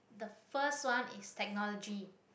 the first one is technology